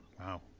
Wow